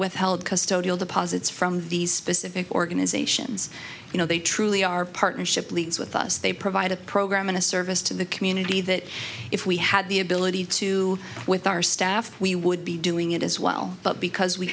withheld deposits from these specific organisations you know they truly are partnership leads with us they provide a program and a service to the community that if we had the ability to with our staff we would be doing it as well but because we